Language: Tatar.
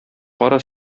кара